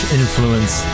influence